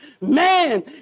man